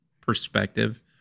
perspective